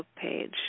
page